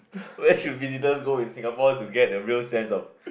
where should visitors go in Singapore to get a real sense of